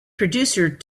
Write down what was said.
producer